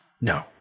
No